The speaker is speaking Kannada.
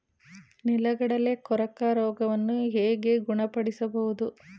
ನೆಲಗಡಲೆ ಕೊರಕ ರೋಗವನ್ನು ಹೇಗೆ ಗುಣಪಡಿಸಬಹುದು?